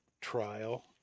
trial